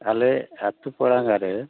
ᱟᱞᱮ ᱟᱛᱳ ᱯᱟᱲᱟ ᱜᱟᱨᱮ